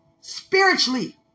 spiritually